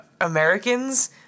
Americans